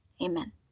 Amen